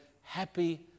Happy